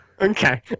Okay